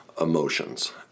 emotions